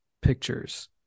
pictures